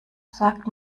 sagt